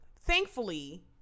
thankfully